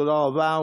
תודה רבה.